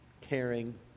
caring